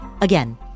Again